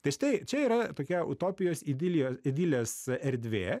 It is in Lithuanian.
tai štai čia yra tokia utopijos idilija idilės erdvė